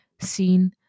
seen